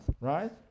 right